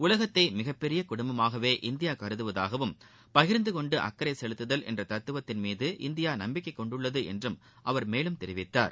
உலகத்தை மிகப்பெரிய குடும்பமாகவே இந்தியா கருதுவதாகவும் பகிர்ந்து கொண்டு அக்கறை செலுத்துதல் என்ற தத்துவத்தின் மீது இந்தியா நம்பிக்கை கொண்டுள்ளது என்றும் அவர் மேலும் தெரிவித்தார்